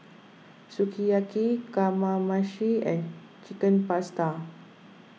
Sukiyaki Kamameshi and Chicken Pasta